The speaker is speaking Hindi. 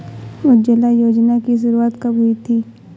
उज्ज्वला योजना की शुरुआत कब हुई थी?